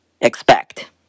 expect